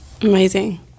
amazing